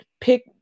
pick